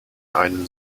einen